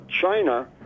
China